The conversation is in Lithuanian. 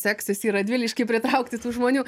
seksis į radviliškį pritraukti tų žmonių